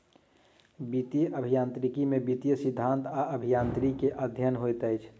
वित्तीय अभियांत्रिकी में वित्तीय सिद्धांत आ अभियांत्रिकी के अध्ययन होइत अछि